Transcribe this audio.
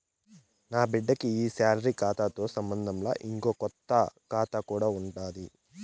నాబిడ్డకి ఈ సాలరీ కాతాతో సంబంధంలా, ఇంకో కొత్త కాతా కూడా ఉండాది